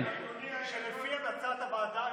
כן, על הצעת חוק המכרות.